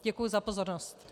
Děkuji za pozornost.